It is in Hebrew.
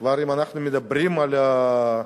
אם כבר אנחנו מדברים על החברה,